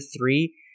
three